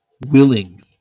willing